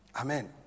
Amen